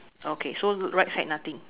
okay so right side nothing